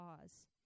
cause